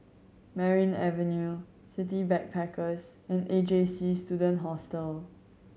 Merryn Avenue City Backpackers and A J C Student Hostel